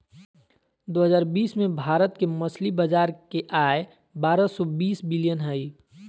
दो हजार बीस में भारत के मछली बाजार के आय बारह सो बतीस बिलियन हइ